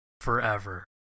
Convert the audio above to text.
forever